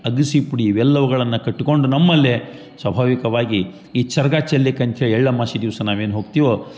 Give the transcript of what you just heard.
ಅಗಸೆ ಪುಡಿ ಇವೆಲ್ಲವುಗಳನ್ನು ಕಟ್ಟಿಕೊಂಡು ನಮ್ಮಲ್ಲೆ ಸ್ವಾಭಾವಿಕವಾಗಿ ಈ ಚರ್ಗಾಚಲ್ಲೆ ಕಂಚು ಎಳ್ಳಮ್ವಾಸಿ ದಿವಸ ನಾವೇನು ಹೋಗ್ತಿವೋ